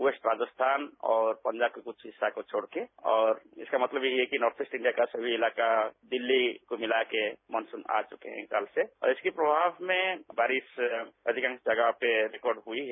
waste Pakistan और बंगाल का कुछ हिस्सा छोड़ के और इसका मतलब है कि नॉर्थे ईस्ट इंडिया का सभी इलाका दिल्ली को मिलार्क मॉनसून आ चुका है और इसके प्रभाव में बारिश अधिकांश जगह पर रिकॉर्ड हुई है